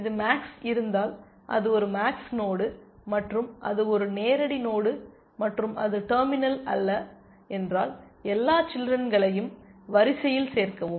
இது மேக்ஸ் இருந்தால் அது ஒரு மேக்ஸ் நோடு மற்றும் அது ஒரு நேரடி நோடு மற்றும் அது டெர்மினல் அல்ல என்றால் எல்லா சில்றென்களையும் வரிசையில் சேர்க்கவும்